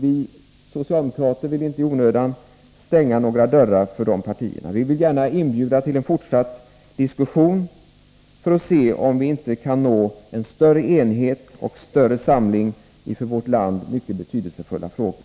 Vi socialdemokrater vill inte i onödan stänga några dörrar för de partierna. Vi vill gärna inbjuda till en fortsatt diskussion för att se om vi inte kan nå en större enighet och större samling i för vårt land mycket betydelsefulla frågor.